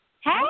Hey